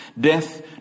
Death